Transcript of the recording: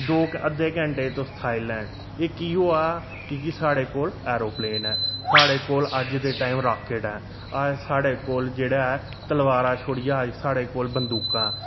अद्धे घैंटे च तुस थाईलैंड एह् कि होआ क्योंकि साढ़े कोल एैरोप्लेन ऐ साढ़े कोल अज्ज दे टाइम राकेट ऐ साढ़े कोल जेह्ड़ा ऐ तलवारां छोड़ियै अज्ज साढ़े कोल बंदूकां